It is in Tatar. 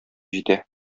җитә